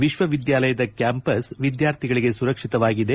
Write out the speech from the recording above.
ವಿಶ್ವವಿದ್ಯಾಲಯದ ಕ್ಲಾಂಪಸ್ ವಿದ್ಯಾರ್ಥಿಗಳಿಗೆ ಸುರಕ್ಷಿತವಾಗಿದೆ